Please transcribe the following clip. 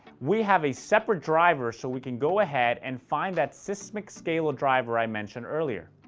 we have a separate driver so we can go ahead and find that sysmic scale ah driver i mentioned earlier.